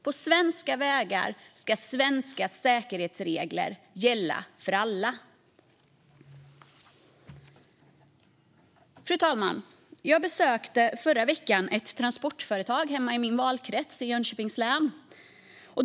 På svenska vägar ska svenska säkerhetsregler gälla för alla. Fru talman! Jag besökte i förra veckan ett transportföretag hemma i min valkrets i Jönköpings län.